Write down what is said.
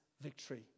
victory